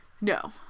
No